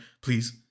please